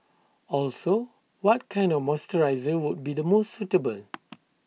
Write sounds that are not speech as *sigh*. also what kind of moisturiser would be the most suitable *noise*